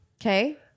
okay